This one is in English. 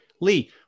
Lee